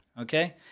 Okay